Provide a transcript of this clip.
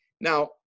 Now